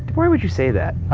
why would you say that?